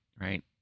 right